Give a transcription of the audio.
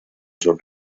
son